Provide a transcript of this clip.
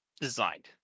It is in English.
designed